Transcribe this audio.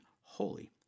holy